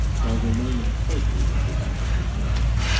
while remaining totally undramatic herself.